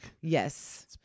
yes